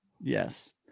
yes